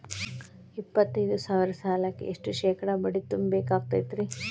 ಎಪ್ಪತ್ತೈದು ಸಾವಿರ ಸಾಲಕ್ಕ ಎಷ್ಟ ಶೇಕಡಾ ಬಡ್ಡಿ ತುಂಬ ಬೇಕಾಕ್ತೈತ್ರಿ?